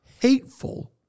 hateful